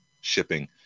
shipping